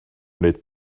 wneud